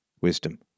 wisdom